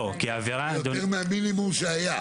לא, יותר מהמינימום שהיה.